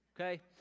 okay